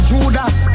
Judas